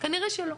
כנראה שלא.